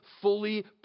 fully